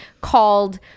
called